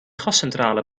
gascentrale